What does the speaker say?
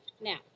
Now